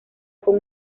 con